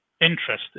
interested